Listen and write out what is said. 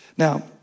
Now